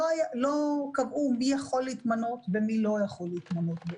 לא קבעו מי יכול להתמנות ומי לא יכול להתמנות בעצם.